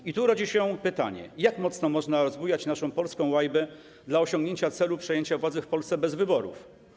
I tu rodzi się pytanie: Jak mocno można rozbujać naszą polską łajbę dla osiągnięcia celu przejęcia władzy w Polsce bez wyborów?